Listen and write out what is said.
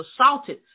assaulted